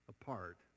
apart